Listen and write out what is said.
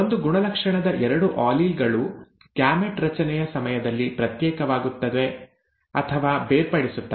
ಒಂದು ಗುಣಲಕ್ಷಣದ ಎರಡು ಆಲೀಲ್ ಗಳು ಗ್ಯಾಮೆಟ್ ರಚನೆಯ ಸಮಯದಲ್ಲಿ ಪ್ರತ್ಯೇಕವಾಗುತ್ತವೆ ಅಥವಾ ಬೇರ್ಪಡಿಸುತ್ತವೆ